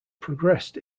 progressed